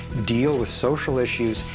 deal with social issues,